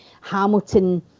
Hamilton